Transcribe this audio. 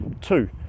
two